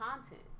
content